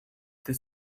that